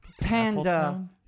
Panda